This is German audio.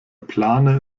plane